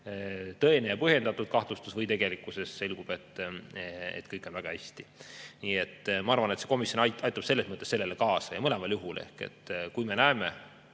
tõene ja põhjendatud kahtlustus või tegelikkuses selgub, et kõik on väga hästi. Nii et ma arvan, et see komisjon aitab selles mõttes kaasa, ja mõlemal juhul. Kui me näeme,